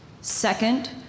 Second